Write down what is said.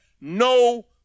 no